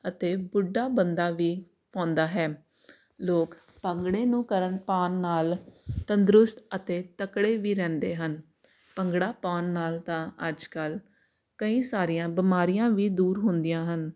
ਅਤੇ ਬੁੱਢਾ ਬੰਦਾ ਵੀ ਪਾਉਂਦਾ ਹੈ ਲੋਕ ਭੰਗੜੇ ਨੂੰ ਕਰਨ ਪਾਉਣ ਨਾਲ ਤੰਦਰੁਸਤ ਅਤੇ ਤਕੜੇ ਵੀ ਰਹਿੰਦੇ ਹਨ ਭੰਗੜਾ ਪਾਉਣ ਨਾਲ ਤਾਂ ਅੱਜ ਕੱਲ੍ਹ ਕਈ ਸਾਰੀਆਂ ਬਿਮਾਰੀਆਂ ਵੀ ਦੂਰ ਹੁੰਦੀਆਂ ਹਨ